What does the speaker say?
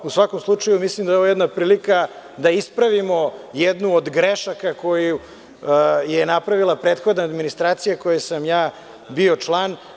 U svakom slučaju mislim da je ovo jedna prilika da ispravimo jednu od grešaka koju je napravila prethodna administracija u kojoj sam bio član.